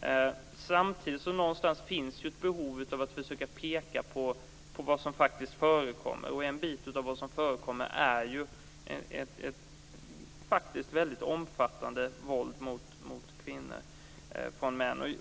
är, samtidigt som det någonstans finns ett behov av att försöka peka på vad som faktiskt förekommer. En bit av vad som förekommer är ju ett väldigt omfattande våld mot kvinnor från män.